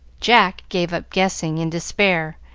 jack gave up guessing, in despair,